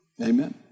Amen